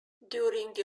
during